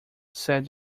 said